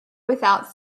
without